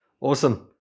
Awesome